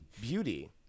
beauty